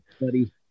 buddy